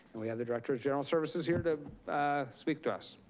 and we have the director of general services here to speak to us.